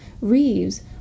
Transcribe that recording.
Reeves